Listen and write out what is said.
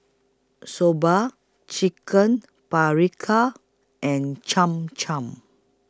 Soba Chicken Paprikas and Cham Cham